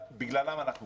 שבגללם אנחנו כאן.